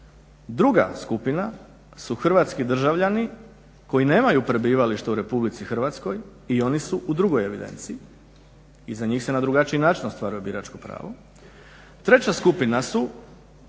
Druga skupina su Hrvatski državljani koji nemaju prebivalište u Republici Hrvatskoj i oni su u drugoj evidenciji i za njih se na drugačiji način ostvaruje biračko pravo. Treća skupina su